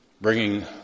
bringing